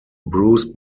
bruce